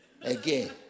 again